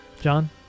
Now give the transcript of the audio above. John